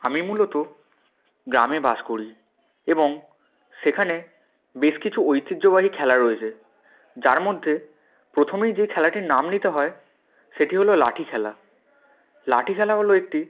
আমি মূলত গ্রামে বাস করি এবং সেখানে বেশ কিছু ঐতিহ্যবাহী খেলা রয়েছে যার মধ্যে প্রথমেই যেই খেলাটির নাম নিতে হয় সেটি হলো লাঠি খেলা লাঠি খেলা হলো একটি